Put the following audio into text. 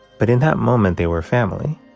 but in that moment, they were family